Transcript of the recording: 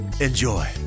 Enjoy